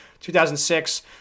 2006